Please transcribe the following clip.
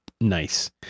nice